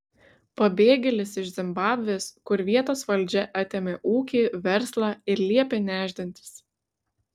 pabėgėlis iš zimbabvės kur vietos valdžia atėmė ūkį verslą ir liepė nešdintis